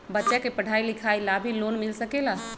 बच्चा के पढ़ाई लिखाई ला भी लोन मिल सकेला?